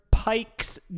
Pike's